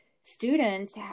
students